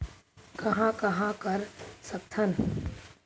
कहां कहां कर सकथन?